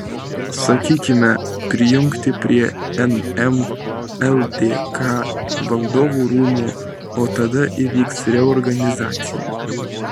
sakykime prijungti prie nm ldk valdovų rūmų o tada įvyks reorganizacija